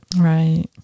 Right